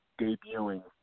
debuting